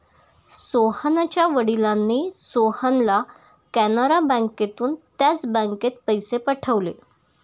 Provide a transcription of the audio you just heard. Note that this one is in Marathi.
सोहनच्या वडिलांनी सोहनला कॅनरा बँकेतून त्याच बँकेत पैसे पाठवले